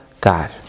God